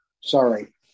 Sorry